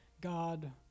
God